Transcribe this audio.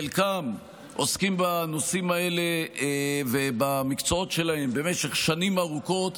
חלקם עוסקים בנושאים האלה ובמקצועות שלהם במשך שנים ארוכות,